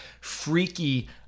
freaky